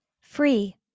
Free